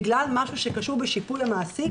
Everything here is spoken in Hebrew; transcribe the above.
בגלל משהו שקשור בשיפוי המעסיק,